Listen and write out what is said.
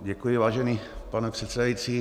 Děkuji, vážený pane předsedající.